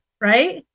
right